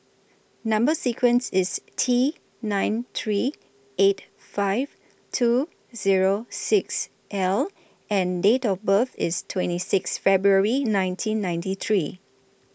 Number sequence IS T nine three eight five two Zero six L and Date of birth IS twenty six February nineteen ninety three